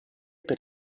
per